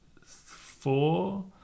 four